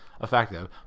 effective